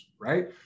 right